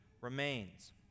remains